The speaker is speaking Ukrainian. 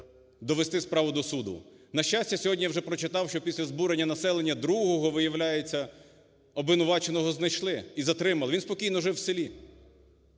довести справу до суду. На щастя, сьогодні я вже прочитав, що після збурення населення другого, виявляється, обвинуваченого знайшли і затримали. Він спокійно жив в селі.